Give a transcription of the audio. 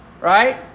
right